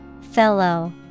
Fellow